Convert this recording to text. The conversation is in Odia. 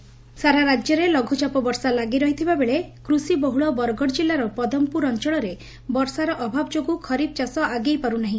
ବରଗଡ଼ ବଷୋ ସାରା ରାଜ୍ୟରେ ଲଘୁଚାପ ବର୍ଷା ଲାଗିରହିଥିବା ବେଳେ କୃଷି ବହୁଳ ବରଗଡ଼ ଜିଲ୍ଲାର ପଦମପୁର ଅଞ୍ଞଳରେ ବର୍ଷାର ଅଭାବ ଯୋଗୁଁ ଖରିଫ୍ ଚାଷ ଆଗେଇ ପାର୍ତନାହି